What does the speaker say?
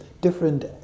different